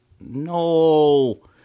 No